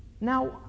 Now